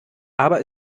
aber